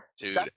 Dude